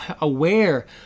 aware